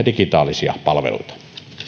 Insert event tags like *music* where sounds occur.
*unintelligible* digitaalisia palveluita